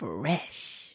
Fresh